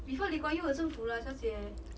before lee kuan yew 有政府啦小姐